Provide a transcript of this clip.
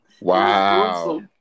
Wow